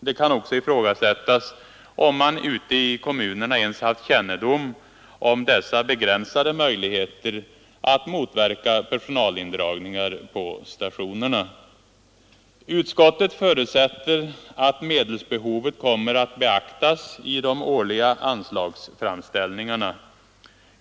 Det kan också ifrågasättas om man ute i kommunerna ens haft kännedom om dessa begränsade möjligheter att motverka personalindragningar på stationerna. Utskottet förutsätter att medelsbehovet kommer att beaktas i de årliga anslagsframställningarna.